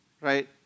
right